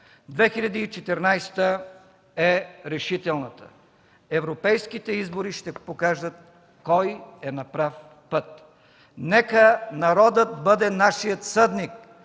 е решителната. Европейските избори ще покажат кой е на прав път. Нека народът бъде нашият съдник!